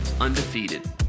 undefeated